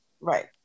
right